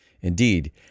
Indeed